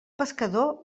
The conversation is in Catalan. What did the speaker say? pescador